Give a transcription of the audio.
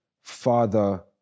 father